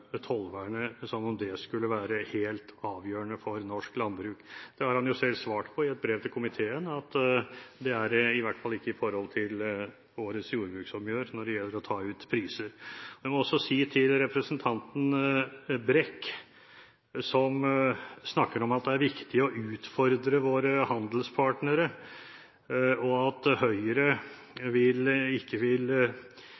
tollvernet, som om det skulle være helt avgjørende for norsk landbruk. Det har han jo selv svart på i et brev til komiteen – at det er det i hvert fall ikke når det gjelder årets jordbruksoppgjør og det å ta ut priser. Jeg må også si til representanten Brekk – som snakker om at det er viktig å utfordre våre handelspartnere, og at